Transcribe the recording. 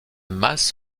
masse